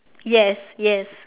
yes yes